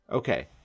Okay